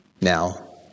now